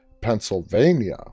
Pennsylvania